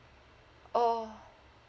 oh